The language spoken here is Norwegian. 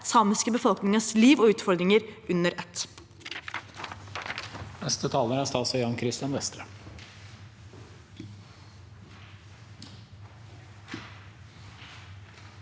samiske befolkningens liv og utfordringer under ett.